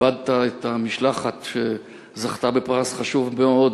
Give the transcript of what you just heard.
וכיבדת את המשלחת שזכתה בפרס חשוב מאוד